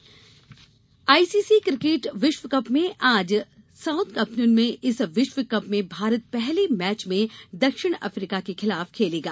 cricket विश्वकप ICC cricket विश्व cup में आज साउथैम्पटन में इस विश्व कप में भारत पहले मैच में दक्षिण अफ्रीका के खिलाफ खेलेगा